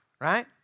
right